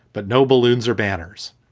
but no balloons or banners.